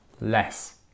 less